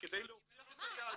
להוכיח את היהדות.